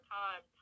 time